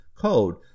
code